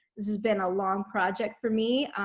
this has been a long project for me,